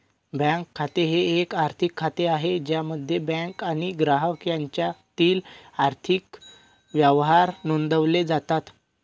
bank खाते हे एक आर्थिक खाते आहे ज्यामध्ये बँक आणि ग्राहक यांच्यातील आर्थिक व्यवहार नोंदवले जातात